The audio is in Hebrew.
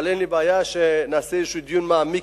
אבל אין לי בעיה אם נקיים דיון מעמיק,